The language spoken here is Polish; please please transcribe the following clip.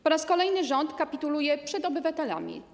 Po raz kolejny rząd kapituluje przed obywatelami.